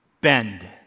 bend